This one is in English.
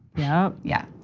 yeah. yeah.